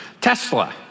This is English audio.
Tesla